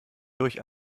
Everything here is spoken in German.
durch